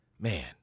Man